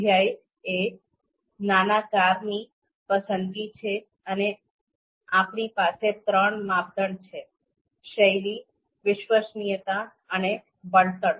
ધ્યેય એ નાની કારની પસંદગી છે અને આપણી પાસે ત્રણ માપદંડ છે શૈલી વિશ્વસનીયતા અને બળતણ